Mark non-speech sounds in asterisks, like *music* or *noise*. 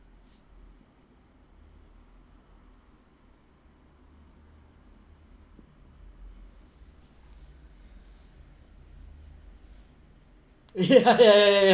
*laughs* yeah yeah yeah yeah yeah